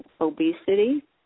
obesity